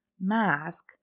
mask